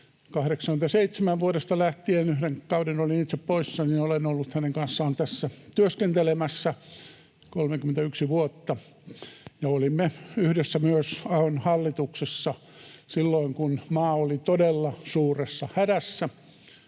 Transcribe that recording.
Vuodesta 87 lähtien — yhden kauden olin itse poissa — olen ollut hänen kanssaan täällä työskentelemässä, 31 vuotta, ja olimme yhdessä myös Ahon hallituksessa silloin, kun maa oli todella suuressa hädässä,